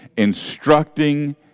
instructing